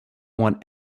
want